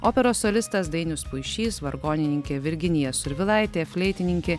operos solistas dainius puišys vargonininkė virginija survilaitė fleitininkė